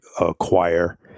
acquire